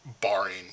barring